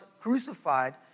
crucified